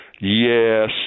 Yes